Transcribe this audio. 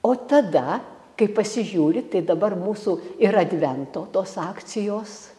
o tada kai pasižiūri tai dabar mūsų ir advento tos akcijos